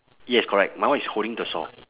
yes correct my one is holding the saw